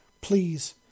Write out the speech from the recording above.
Please